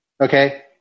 Okay